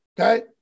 Okay